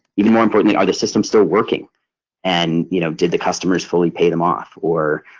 even more importantly, are the systems still working and you know did the customers fully pay them off or